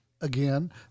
Again